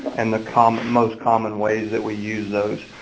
and the common most common ways that we use those.